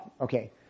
Okay